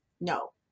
No